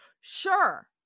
sure